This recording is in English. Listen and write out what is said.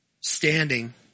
standing